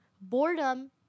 Boredom